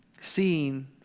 Seeing